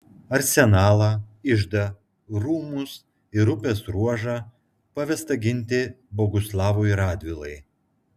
arsenalą iždą rūmus ir upės ruožą pavesta ginti boguslavui radvilai